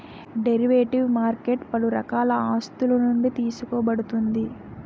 derivative market పలు రకాల ఆస్తులునుండి తీసుకోబడుతుంది